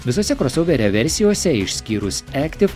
visose krosauverio versijose išskyrus ektiv